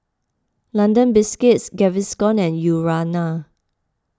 London Biscuits Gaviscon and Urana